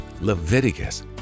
Leviticus